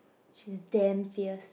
she's damn fierce